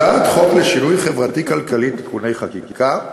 הצעת חוק לשינוי חברתי-כלכלי (תיקוני חקיקה)